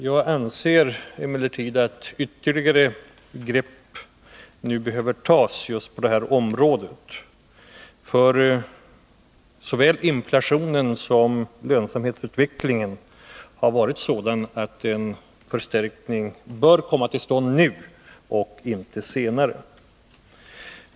Jag anser emellertid att ytterligare grepp nu behöver tas just på det här området, eftersom såväl inflationen som lönsamhetsutvecklingen har varit sådana att en förstärkning bör komma till stånd nu och inte senare.